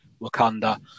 Wakanda